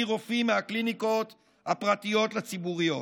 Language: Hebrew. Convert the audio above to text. רופאים מהקליניקות הפרטיות לציבוריות,